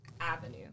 avenue